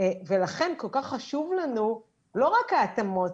כל כך חשוב לנו לא רק ההתאמות.